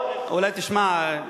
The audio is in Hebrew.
אולי תשמע,